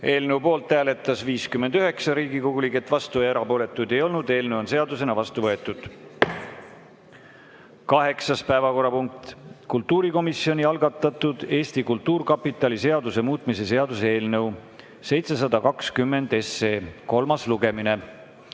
Eelnõu poolt hääletas 59 Riigikogu liiget, vastuolijaid ega erapooletuid ei olnud. Eelnõu on seadusena vastu võetud. Kaheksas päevakorrapunkt on kultuurikomisjoni algatatud Eesti Kultuurkapitali seaduse muutmise seaduse eelnõu 720 kolmas lugemine.